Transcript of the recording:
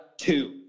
two